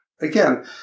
Again